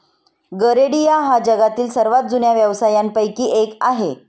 गरेडिया हा जगातील सर्वात जुन्या व्यवसायांपैकी एक आहे